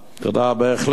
בהחלט.